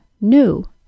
new